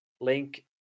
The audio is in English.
link